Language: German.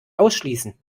ausschließen